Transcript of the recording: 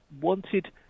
wanted